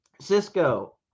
Cisco